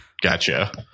Gotcha